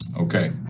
Okay